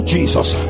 Jesus